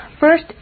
First